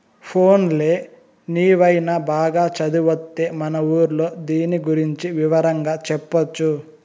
పోన్లే నీవైన బాగా చదివొత్తే మన ఊర్లో దీని గురించి వివరంగా చెప్పొచ్చు